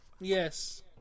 Yes